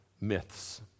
myths